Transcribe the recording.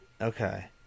Okay